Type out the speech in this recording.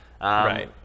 Right